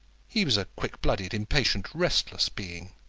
he was a quick-blooded, impatient, restless being.